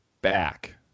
back